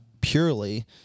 purely